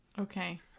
Okay